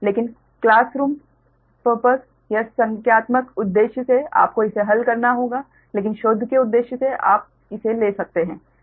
लेकिन classroom उद्देश्य या संख्यात्मक उद्देश्य से आपको इसे हल करना होगा लेकिन शोध के उद्देश्य से आप इसे ले सकते हैं